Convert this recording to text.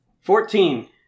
Fourteen